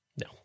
No